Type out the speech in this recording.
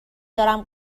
دارم